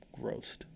grossed